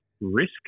risk